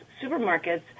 supermarkets